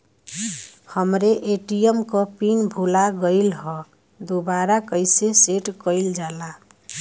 हमरे ए.टी.एम क पिन भूला गईलह दुबारा कईसे सेट कइलजाला?